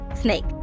snake